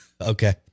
Okay